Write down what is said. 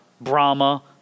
Brahma